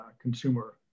consumer